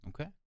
okay